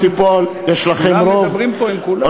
כולם מדברים פה עם כולם.